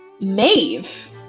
Maeve